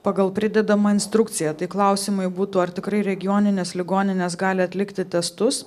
pagal pridedamą instrukciją tai klausimai būtų ar tikrai regioninės ligoninės gali atlikti testus